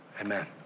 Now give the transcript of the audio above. Amen